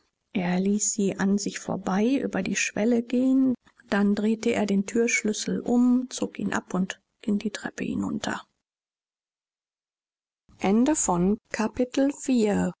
er ließ sie an sich vorbei über die schwelle gehen dann drehte er den thürschlüssel um zog ihn ab und ging die treppe hinunter